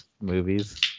movies